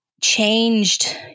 changed